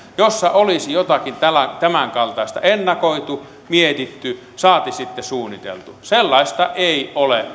jossa olisi jotakin tämänkaltaista ennakoitu mietitty saati sitten suunniteltu ei ole